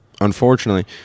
unfortunately